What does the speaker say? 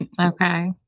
Okay